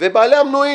ובעלי המנויים,